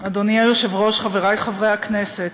אדוני היושב-ראש, חברי חברי הכנסת,